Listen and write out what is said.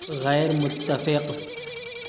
غیر متفق